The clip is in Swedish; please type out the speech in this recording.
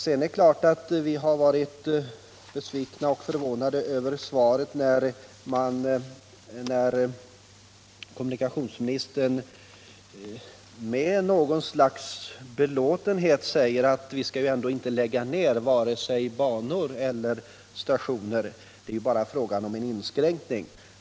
Sedan är det klart att vi har varit förvånade och besvikna över interpellationssvaret när kommunikationsministern med något slags belåtenhet säger att vi ändå inte skall lägga ned vare sig banor eller stationer; det är ju bara fråga om en inskränkning.